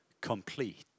Complete